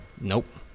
Nope